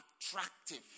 attractive